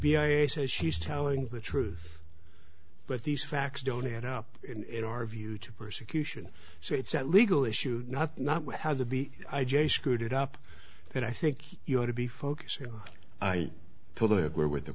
be i a says she's telling the truth but these facts don't add up in our view to persecution so it's that legal issue not not has to be good it up that i think you ought to be focusing i totally agree with the